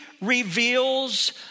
reveals